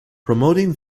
promoting